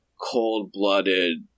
cold-blooded